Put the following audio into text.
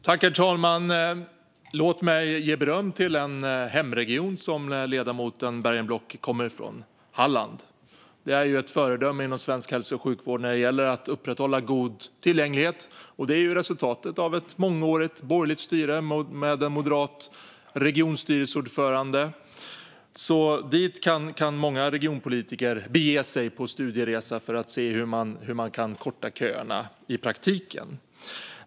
Herr talman! Låt mig ge beröm till ledamoten Bergenblocks hemregion Halland som är ett föredöme inom svensk hälso och sjukvård när det gäller tillgänglighet. Det är resultatet av ett mångårigt borgerligt styre med en moderat regionstyrelseordförande. Dit kan många regionpolitiker bege sig på studieresa för att se hur man kan korta köerna i praktiken.